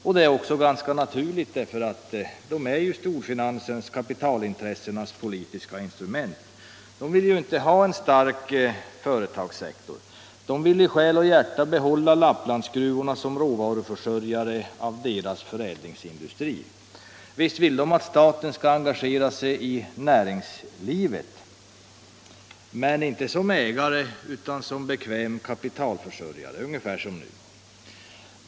Detta är också ganska naturligt, eftersom de är storfinansens och kapitalintressenas politiska instrument. De vill inte ha en stark företagssektor, utan de vill i själ och hjärta behålla Lapplandsgruvorna som råvaruförsörjare av deras egen förädlingsindustri. Visst vill vi att staten skall engagera sig i näringslivet men inte som ägare utan som en bekväm kapitalförsörjare, ungefär som nu.